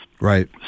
Right